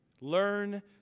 Learn